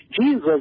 Jesus